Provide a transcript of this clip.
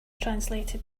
translated